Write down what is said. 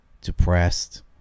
depressed